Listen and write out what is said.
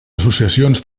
associacions